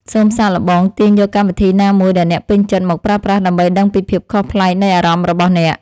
សូមសាកល្បងទាញយកកម្មវិធីណាមួយដែលអ្នកពេញចិត្តមកប្រើប្រាស់ដើម្បីដឹងពីភាពខុសប្លែកនៃអារម្មណ៍របស់អ្នក។